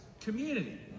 community